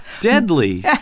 Deadly